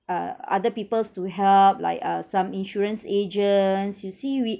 uh other peoples to help like uh some insurance agents you see we